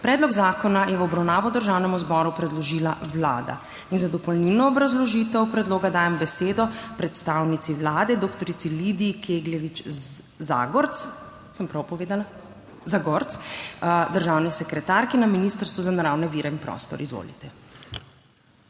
Predlog zakona je v obravnavo Državnemu zboru predložila Vlada. Za dopolnilno obrazložitev predloga dajem besedo predstavnici Vlade dr. Lidiji Kegljevič Zagorc, državni sekretarki na Ministrstvu za naravne vire in prostor. Izvolite.